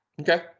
Okay